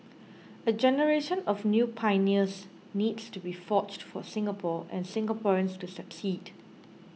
a generation of new pioneers needs to be forged for Singapore and Singaporeans to succeed